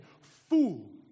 fool